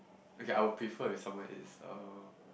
okay I will prefer if someone is uh